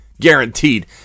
guaranteed